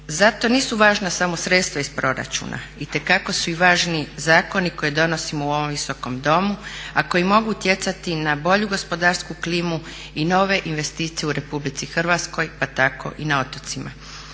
Zato nisu važna samo sredstva iz proračuna, itekako su važni i zakoni koje donosimo u ovom Visokom domu, a koji mogu utjecati na bolju gospodarsku klimu i nove investicije u RH pa tako i na otocima.